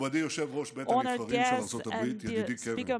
לאורך כל